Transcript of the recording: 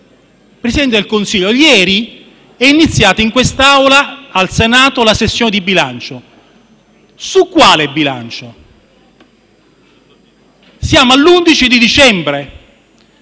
Presidente del Consiglio, ieri è iniziata in quest'Aula del Senato la sessione di bilancio. Su quale bilancio? Siamo all'11 dicembre,